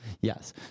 yes